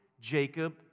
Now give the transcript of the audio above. Jacob